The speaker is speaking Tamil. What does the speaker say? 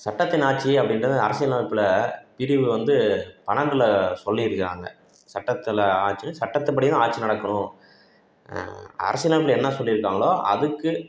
சட்டத்தின் ஆட்சி அப்படின்றது அரசியல் அமைப்பில் பிரிவு வந்து பன்னெண்டில் சொல்லி இருக்கிறாங்க சட்டத்தில் ஆட்சி சட்டத்துபடிதான் ஆட்சி நடக்கணும் அரசியல் அமைப்பில் என்ன சொல்லியிருக்காங்களோ அதுக்கு